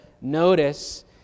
notice